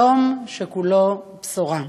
יום שכולו בשורה,